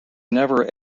never